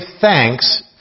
thanks